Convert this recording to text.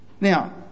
Now